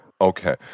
Okay